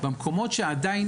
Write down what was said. במקומות שעדיין,